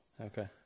Okay